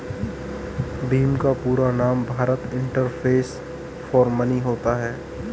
भीम का पूरा नाम भारत इंटरफेस फॉर मनी होता है